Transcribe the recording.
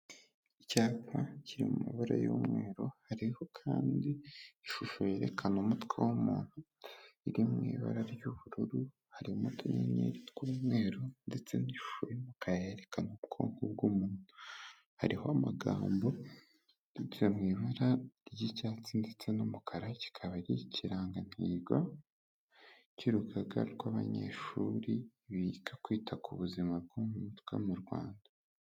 icyapa kiri mu mabara y'umweru hariho kandi ishusho yerekana umutwe w'umuntu iriw'i ibara ry'ubururu harimo utuyenyeri tw'umweru ndetse n'ifumukayerekana ubwoko bw'umuntu hariho amagambo ajya mu ibara ry'icyatsi ndetse n'umukara kikaba ari ikirangangigo cy'urugaga rw'abanyeshuri biga kwita ku buzima bw mutwe mu rwanda